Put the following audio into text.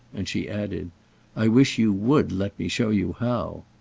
and she added i wish you would let me show you how!